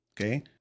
Okay